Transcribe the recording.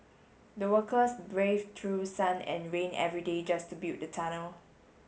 the workers braved through sun and rain every day just to build the tunnel